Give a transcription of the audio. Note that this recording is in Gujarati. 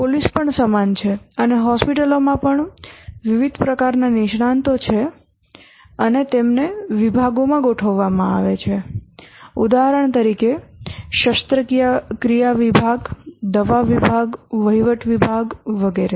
પોલીસ પણ સમાન છે અને હોસ્પિટલો માં પણ વિવિધ પ્રકારના નિષ્ણાતો છે અને તેમને વિભાગોમાં ગોઠવવામાં આવે છે ઉદાહરણ તરીકે શસ્ત્રક્રિયા વિભાગ દવા વિભાગ વહીવટ વિભાગ વગેરે